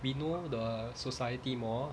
we know the society more